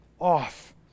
off